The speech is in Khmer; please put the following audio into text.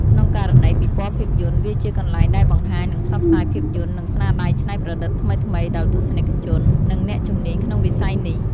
ក្នុងករណីពិព័រណ៍ភាពយន្ត វាជាកន្លែងដែលបង្ហាញ និងផ្សព្វផ្សាយភាពយន្ត និងស្នាដៃច្នៃប្រឌិតថ្មីៗ ដល់ទស្សនិកជន និងអ្នកជំនាញក្នុងវិស័យនេះ។